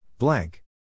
Blank